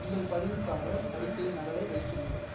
உங்கள் பதிவுக்காக அறிக்கையின் நகலை வைத்திருங்கள்